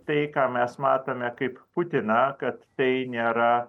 tai ką mes matome kaip putiną kad tai nėra